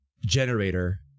generator